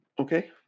Okay